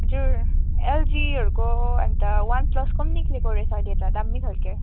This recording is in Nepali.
हजुर एलजीहरूको अन्त वान प्लसको निस्केको रहेछ अहिले दामी खाले